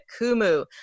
Kumu